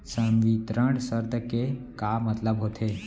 संवितरण शर्त के का मतलब होथे?